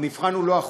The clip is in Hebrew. המבחן הוא לא החוק,